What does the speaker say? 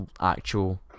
actual